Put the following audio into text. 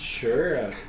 Sure